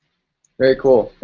very cool.